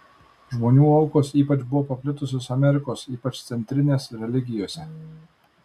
žmonių aukos ypač buvo paplitusios amerikos ypač centrinės religijose